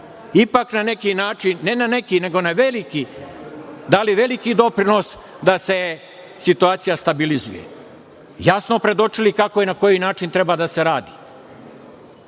ipak na neki način, ne na neki, nego na veliki, dali veliki doprinos da se situacija stabilizuje, jasno predočili kako i na koji način treba da se radi. Ono